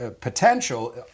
potential